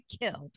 killed